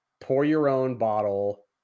pour-your-own-bottle